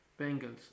Bengals